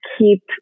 keep